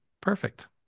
Perfect